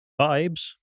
Vibes